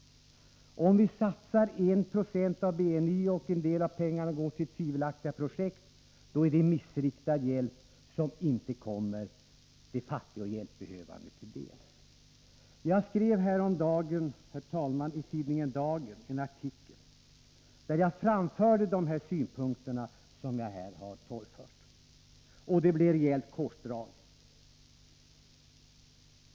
Om vi satsar 1 90 av BNI och en del av pengarna går till tvivelaktiga projekt, är det missriktad hjälp som inte kommer de fattiga och hjälpbehövande till del. Jag skrev häromdagen i tidningen Dagen en artikel, där jag framförde de synpunkter som jag här har torgfört. Det blev rejält korsdrag!